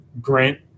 grant